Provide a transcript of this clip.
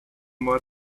more